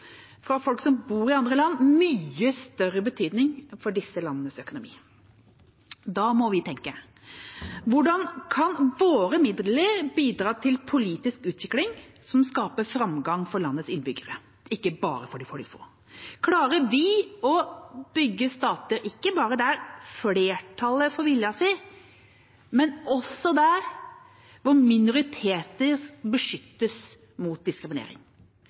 fra folk som bor i andre land, mye større betydning for disse landenes økonomi. Da må vi tenke: Hvordan kan våre midler bidra til politisk utvikling som skaper framgang for landets innbyggere, ikke bare for de få? Klarer vi å bygge stater ikke bare der flertallet får viljen sin, men også der minoriteter beskyttes mot diskriminering?